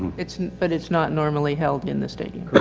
it's, but it's not normally held in the stadium.